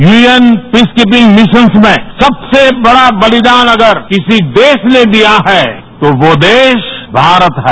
UN peace keeping missions में सबसे बड़ा बलिदान अगर किसी देश ने दिया है तो वो देश भारत है